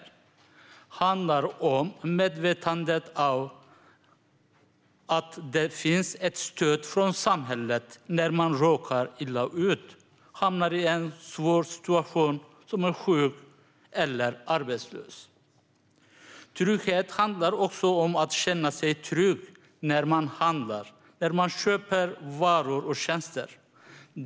Det handlar om medvetandet av att det finns ett stöd från samhället om man råkar illa ut och hamnar i en svår situation som sjuk eller arbetslös. Trygghet handlar också om att känna sig trygg när man handlar, när man köper varor och tjänster.